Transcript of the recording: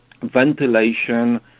ventilation